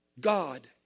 God